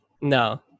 No